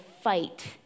fight